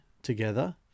together